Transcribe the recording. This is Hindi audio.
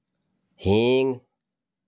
हींग